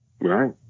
Right